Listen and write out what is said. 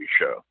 show